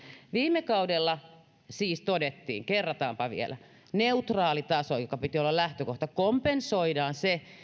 viime kaudella siis todettiin kerrataanpa vielä neutraalitaso jonka piti olla lähtökohta kompensoidaan se